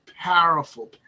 powerful